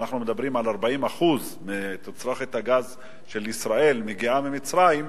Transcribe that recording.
ואנחנו מדברים על 40% מתצרוכת הגז של ישראל שמגיעה ממצרים.